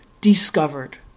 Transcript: discovered